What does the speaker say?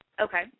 Okay